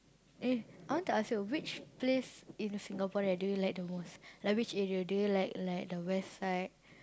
eh I want to ask you which place in Singapore that do you like the most like which area do you like like the West side